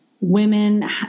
women